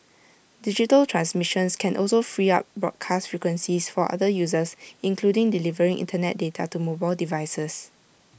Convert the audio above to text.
digital transmissions can also free up broadcast frequencies for other uses including delivering Internet data to mobile devices